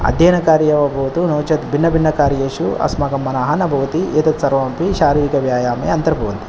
अध्ययनकार्ये वा भवतु नो चेत् भिन्नभिन्नकार्येषु अस्माकं मनः न भवति एतत् सर्वम् अपि शारीरिकव्यायामे अन्तर्भवति